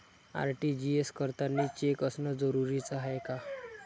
RTGS करतांनी cheque असनं जरुरीच हाय का?